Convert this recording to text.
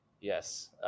yes